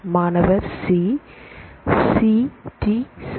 மாணவர்C C Tசரி